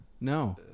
no